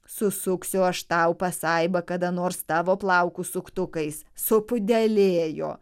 susuksiu aš tau pasaiba kada nors tavo plaukus suktukais supudelėjo